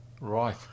Right